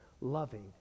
loving